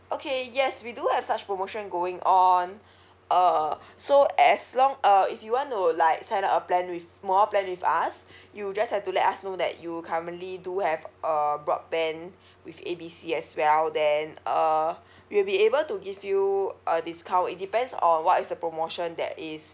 okay yes we do have such promotion going on uh so as long uh if you want to like sign up a plan with more plan with us you'll just have to let us know that you currently do have uh broadband with A B C as well then uh we'll be able to give you a discount it depends on what is the promotion that is